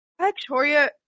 victoria